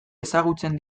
ezagutzen